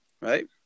right